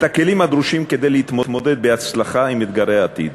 את הכלים הדרושים כדי להתמודד בהצלחה עם אתגרי העתיד.